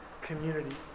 community